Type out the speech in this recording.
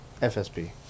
FSP